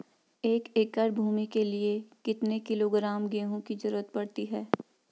एक एकड़ भूमि के लिए कितने किलोग्राम गेहूँ की जरूरत पड़ती है?